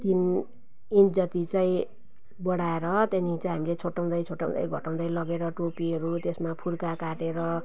तिन एक जति चाहिँ बढाएर त्यहाँदेखि चाहिँ हामीले छोट्याउँदै छोट्याउँदै घटाउँदै लगेर टोपीहरू त्यसमा फुर्का काटेर